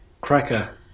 cracker